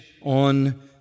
on